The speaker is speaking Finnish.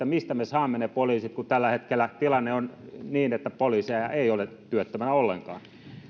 mistä me saamme ne poliisit kun tällä hetkellä tilanne on se että poliiseja ei ole työttömänä ollenkaan